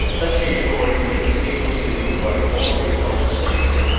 let me accordingly appeal to you by all you hold sacred.